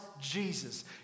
Jesus